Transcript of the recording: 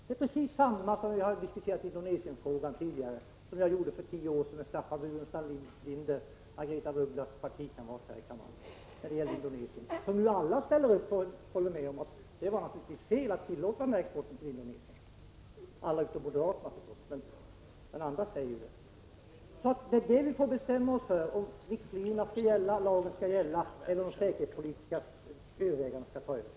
Det var precis samma sak för tio år sedan, när jag diskuterade Indonesienfrågan med Staffan Burenstam Linder, Margaretha af Ugglas partikamrat här i kammaren. Nu håller alla utom moderaterna med om att det var fel att tillåta exporten till Indonesien. Vi måste bestämma oss för om riktlinjerna och lagen skall gälla eller om säkerhetspolitiska överväganden skall ta över.